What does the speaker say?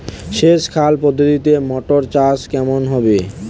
সেচ খাল পদ্ধতিতে মটর চাষ কেমন হবে?